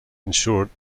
ensured